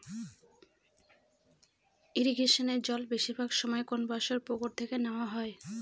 ইরিগেশনের জল বেশিরভাগ সময় কোনপাশর পুকুর থেকে নেওয়া হয়